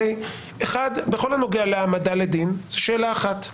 אחד, בכל הנוגע להעמדה לדין, שאלה אחת.